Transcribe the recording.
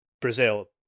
Brazil